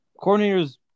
coordinators